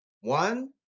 One